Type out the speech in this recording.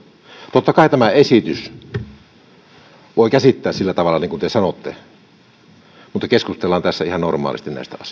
totta kai tämän esityksen voi käsittää sillä tavalla kuin te sanotte mutta keskustellaan tässä ihan normaalisti näistä